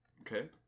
Okay